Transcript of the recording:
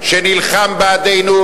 שנלחם בעדנו,